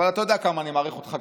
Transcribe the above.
אבל אתה יודע כמה אני מעריך אותך,